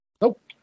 Nope